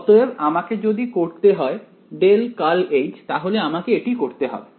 অতএব আমাকে যদি করতে হয় তাহলে আমাকে এটি করতে হবে